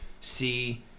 see